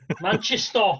Manchester